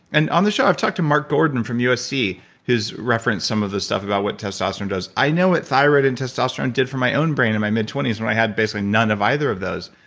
and on the show, i've talked to mark gordon from usc who's referenced some of this stuff about what testosterone does. i know what thyroid and testosterone did for my own brain in my mid twenty s, when i had basically none of either off those.